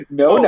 no